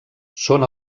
són